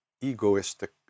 egoistic